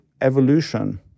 evolution